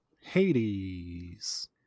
Hades